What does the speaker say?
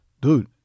dude